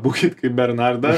būkit kaip bernarda